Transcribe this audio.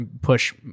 push